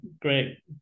Great